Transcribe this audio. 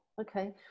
okay